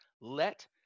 Let